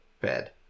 Bed